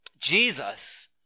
Jesus